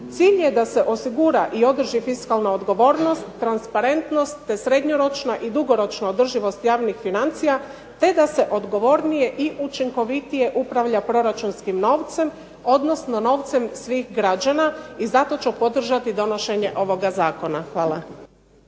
Cilj je da se osigura i održi fiskalna odgovornost, transparentnost, te srednjoročna i dugoročna održivost javnih financija, te da se odgovornije i učinkovitije upravlja proračunskim novcem, odnosno novcem svih građana i zato ću podržati donošenje ovoga Zakona. Hvala.